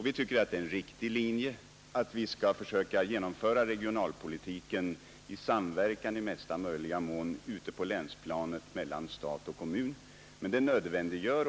Vi tycker att det är en riktig linje att vi i mesta möjliga mån skall försöka genomföra regionalpolitiken i samverkan mellan stat och kommun på länsplanet.